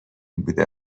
بوده